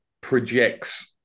projects